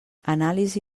anàlisi